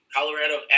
Colorado